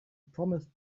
promised